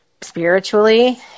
spiritually